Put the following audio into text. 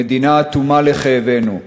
המדינה אטומה לכאבנו.